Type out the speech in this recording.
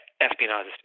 espionage